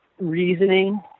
reasoning